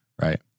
right